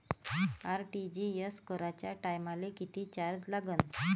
RTGS कराच्या टायमाले किती चार्ज लागन?